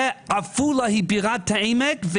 עפולה היא בירת העמק,